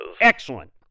Excellent